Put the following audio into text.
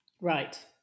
Right